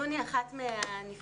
נ' היא אחת מהנפגעות